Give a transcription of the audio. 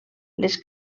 les